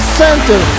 center